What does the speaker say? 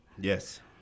Yes